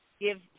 give